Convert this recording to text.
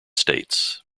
states